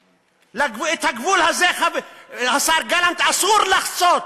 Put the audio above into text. את הגבול, השר גלנט, אסור לחצות